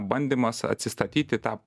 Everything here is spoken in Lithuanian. bandymas atsistatyti tą